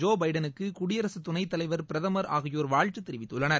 Joe பைடனுக்கு குடியரசுத் துணைத்தலைவர் பிரதமர் ஆகியோர் வாழ்த்து தெரிவித்துள்ளனர்